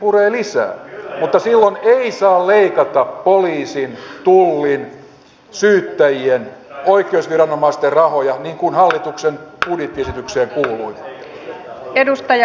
mutta silloin ei saa leikata poliisin tullin syyttäjien oikeusviranomaisten rahoja niin kuin hallituksen budjettiesitykseen kuuluu